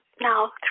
now